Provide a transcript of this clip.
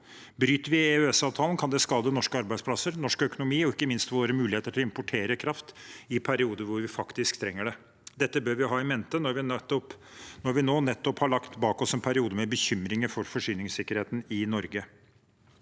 Bryter vi EØSavtalen, kan det skade norske arbeidsplasser, norsk økonomi og ikke minst våre muligheter til å importere kraft i perioder hvor vi faktisk trenger det. Dette bør vi ha i mente når vi nå nettopp har lagt bak oss en periode med bekymringer for forsyningssikkerheten i Norge.